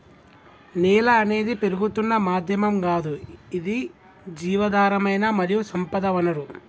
నేల అనేది పెరుగుతున్న మాధ్యమం గాదు ఇది జీవధారమైన మరియు సంపద వనరు